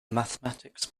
mathematics